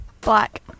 Black